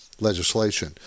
legislation